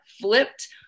flipped